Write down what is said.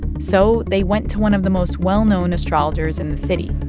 so they went to one of the most well-known astrologers in the city,